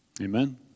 Amen